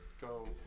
go